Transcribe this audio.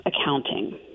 accounting